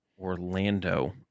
Orlando